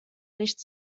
nicht